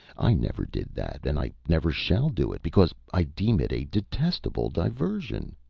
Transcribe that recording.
i never did that, and i never shall do it, because i deem it a detestable diversion.